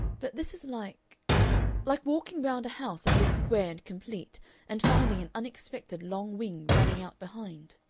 but this is like like walking round a house that looks square and complete and finding an unexpected long wing running out behind.